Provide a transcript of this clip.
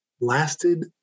lasted